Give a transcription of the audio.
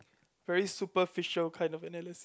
very superficial kind of analysis